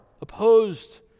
opposed